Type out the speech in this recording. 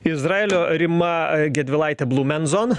izraelio rima gedvilaitė blumenzon